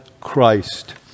Christ